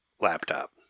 laptop